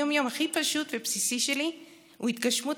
היום-יום הכי פשוט ובסיסי שלי הוא התגשמות